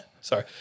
Sorry